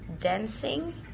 dancing